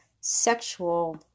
sexual